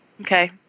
Okay